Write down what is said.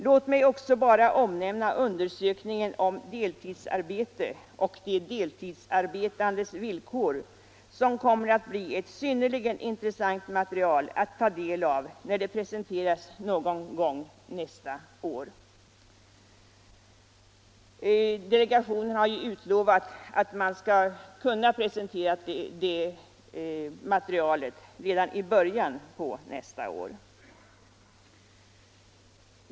Låt mig även bara omnämna undersökningen om deltidsarbetet och de deltidsarbetandes villkor, som kommer att bli ett synnerligen intressant material att ta del av när den presenteras någon gång nästa år. Delegationen har ju utlovat att man skall kunna presentera det materialet redan i början av nästa år.